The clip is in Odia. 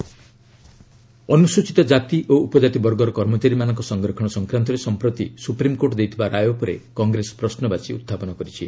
ଏସ୍ସି ଏସ୍ଟି କଂଗ୍ରେସ ଅନୁସ୍ଚିତ କାତି ଓ ଉପଜାତି ବର୍ଗର କର୍ମଚାରୀମାନଙ୍କ ସଂରକ୍ଷଣ ସଂକ୍ରାନ୍ତରେ ସଂପ୍ରତି ସୁପ୍ରିମକୋର୍ଟ ଦେଇଥିବା ରାୟ ଉପରେ କଂଗ୍ରେସ ପ୍ରଶ୍ନବାଚୀ ଉହ୍ଚାପନ କରିଛି